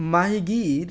ماہی گیر